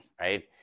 right